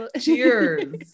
Cheers